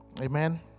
Amen